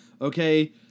okay